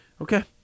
Okay